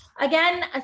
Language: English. again